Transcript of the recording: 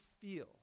feel